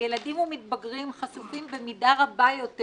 שילדים ומתבגרים חשופים במידה רבה יותר